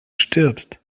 stirbst